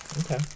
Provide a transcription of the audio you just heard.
okay